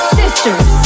sisters